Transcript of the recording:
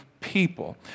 people